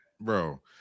bro